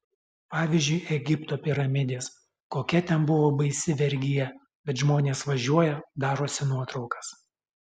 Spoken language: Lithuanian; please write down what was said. pavyzdžiui egipto piramidės kokia ten buvo baisi vergija bet žmonės važiuoja darosi nuotraukas